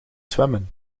zwemmen